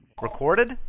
Recorded